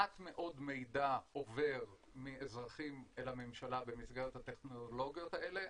מעט מאוד מידע עובר מאזרחים אל הממשלה במסגרת הטכנולוגיות האלה.